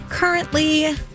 Currently